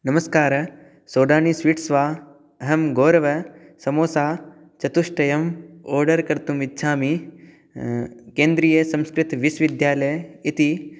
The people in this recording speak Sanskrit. नमस्कारः सोडानीस्वीट्स् वा अहं गौरवः समोसाचतुष्टयम् आर्डर् कर्तुमिच्छामि केन्द्रीयसंस्कृतविश्वविद्यालयः इति